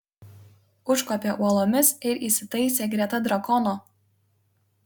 užkopė uolomis ir įsitaisė greta drakono